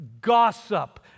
gossip